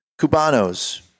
Cubano's